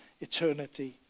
eternity